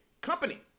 company